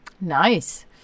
Nice